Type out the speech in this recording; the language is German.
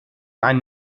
ein